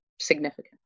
significant